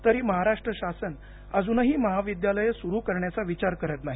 तरी महाराष्ट्र शासन अजूनही महाविद्यालय सुरु करण्याचा विचार करत नाही